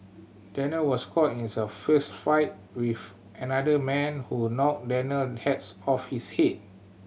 Daniel was caught in a fistfight with another man who knocked Daniel hats off his head